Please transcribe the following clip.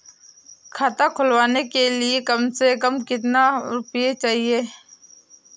खाता खोलने के लिए कम से कम कितना रूपए होने चाहिए?